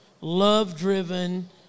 love-driven